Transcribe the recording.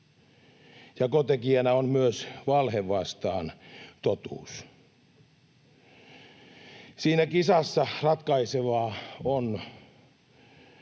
Jakotekijänä on myös valhe vastaan totuus. Siinä kisassa ratkaisevaa on,